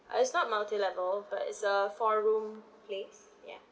uh it's not multi-level but it's a four room place ya